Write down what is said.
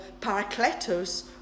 paracletos